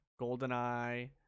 GoldenEye